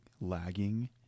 lagging